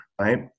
right